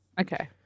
Okay